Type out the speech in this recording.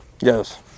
Yes